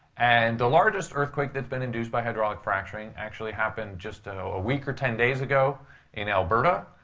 and the largest earthquake that's been induced by hydraulic fracturing actually happened just a week or ten days ago in alberta.